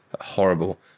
horrible